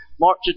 March